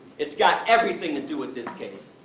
it's got everything to do with this case!